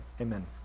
Amen